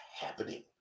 happening